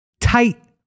tight